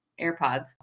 AirPods